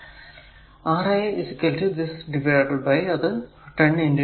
Ra a a a R a R a 1 by a